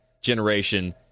generation